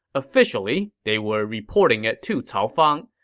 officially, they were reporting it to cao fang,